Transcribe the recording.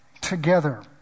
together